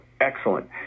excellent